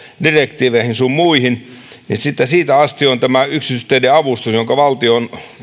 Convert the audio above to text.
direktiiveihin sun muihin siitä asti on tämä yksityisteiden avustus joka valtion